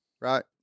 right